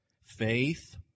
Faith